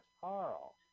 carl